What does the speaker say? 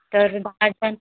तर